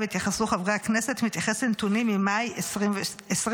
התייחסו חברי הכנסת מתייחס לנתונים ממאי 2023,